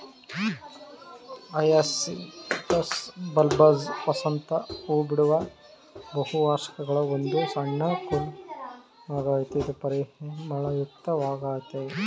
hyacinthus bulbous ವಸಂತ ಹೂಬಿಡುವ ಬಹುವಾರ್ಷಿಕಗಳ ಒಂದು ಸಣ್ಣ ಕುಲವಾಗಯ್ತೆ ಇದು ಪರಿಮಳಯುಕ್ತ ವಾಗಯ್ತೆ